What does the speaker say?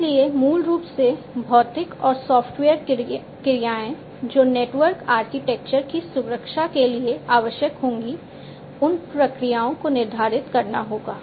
इसलिए मूल रूप से भौतिक और सॉफ़्टवेयर क्रियाएं जो नेटवर्क आर्किटेक्चर की सुरक्षा के लिए आवश्यक होंगी उन प्रक्रियाओं को निर्धारित करना होगा